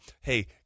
hey